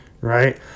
right